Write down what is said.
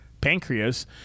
pancreas